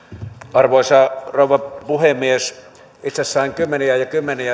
arvoisa rouva puhemies itse sain kymmeniä ja kymmeniä